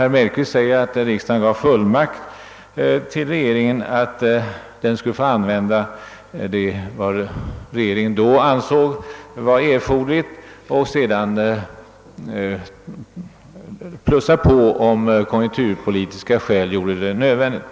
Herr Mellqvist säger att riksdagen lämnade fullmakt till regeringen att använda vad regeringen då ansåg vara erforderligt och sedan plussa på, om det av konjunkturpolitiska skäl blev nödvändigt.